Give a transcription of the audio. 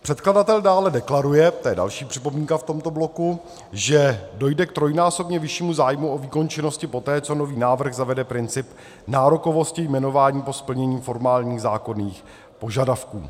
Předkladatel dále deklaruje to je další připomínka v tomto bloku že dojde k trojnásobně vyššímu zájmu o výkon činnosti poté, co nový návrh zavede princip nárokovosti jmenování po splnění formálních zákonných požadavků.